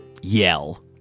yell